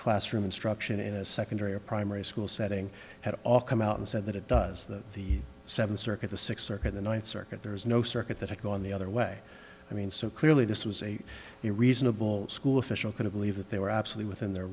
classroom instruction in a secondary or primary school setting had all come out and said that it does that the seventh circuit the sixth circuit the ninth circuit there is no circuit that i go on the other way i mean so clearly this was a reasonable school official going to believe that they were absolute within their